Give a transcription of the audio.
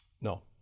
No